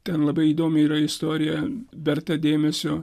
ten labai įdomi yra istorija verta dėmesio